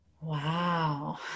Wow